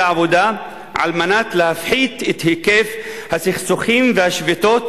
העבודה על מנת להפחית את היקף הסכסוכים והשביתות